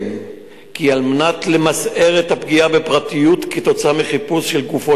לציין כי על מנת למזער את הפגיעה בפרטיות כתוצאה מחיפוש על גופו